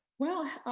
well,